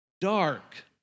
dark